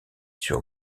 sur